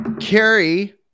carrie